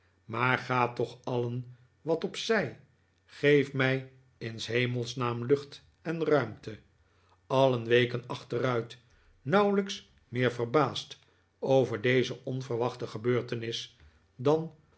maar gaat toch alien wat op zij geef mij in s hemels naam lucht en ruimte allen weken achteruit nauwelijks meer verbaasd over deze onverwachte gebeurtenis dan